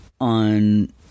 on